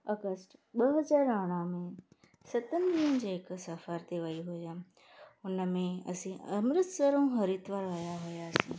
August ॿ हज़ार अरड़हं में सतनि ॾींहनि जे हिकु सफ़र ते वई हुयमि हुन में असी अमृतसर ऐं हरिद्वार विया हुआसीं